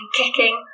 kicking